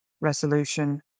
resolution